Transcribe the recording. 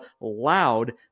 loud